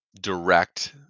direct